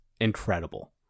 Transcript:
incredible